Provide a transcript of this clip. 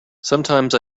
sometimes